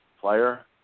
player